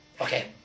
okay